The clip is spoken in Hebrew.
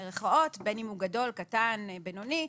בין אם הוא גדול, קטן, בינוני.